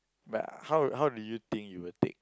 but how how do you think you will take